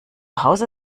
hause